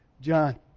John